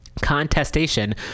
contestation